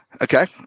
Okay